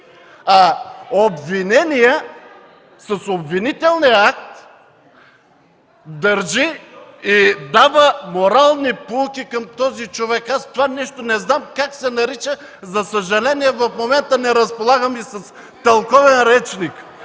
а обвиненият с обвинителен акт държи и дава морални поуки към този човек? Това нещо не знам как се нарича. За съжаление, в момента не разполагам и с тълковен речник.